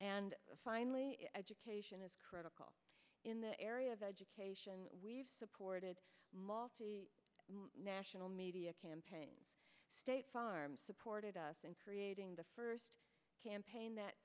and finally education is critical in the area of education we have supported multi national media campaign state farm supported us in creating the first campaign that